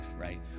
right